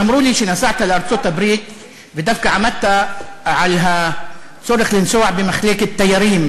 אמרו לי שנסעת לארצות-הברית ועמדת על הצורך לנסוע דווקא במחלקת תיירים,